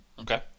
Okay